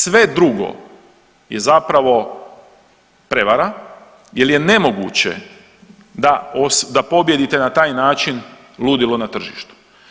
Sve drugo je zapravo prevara jel je nemoguće da pobijedite na taj način ludilo na tržištu.